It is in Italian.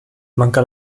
manca